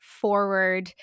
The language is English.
forward